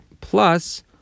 plus